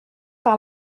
par